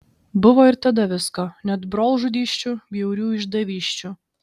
buvo ir tada visko net brolžudysčių bjaurių išdavysčių